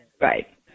Right